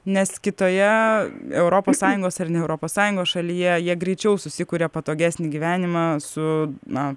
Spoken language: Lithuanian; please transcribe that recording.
nes kitoje europos sąjungos ar ne europos sąjungos šalyje jie greičiau susikuria patogesnį gyvenimą su na